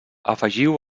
afegiu